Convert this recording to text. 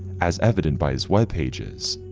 as evident by his web pages.